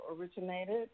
originated